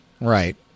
right